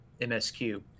MSQ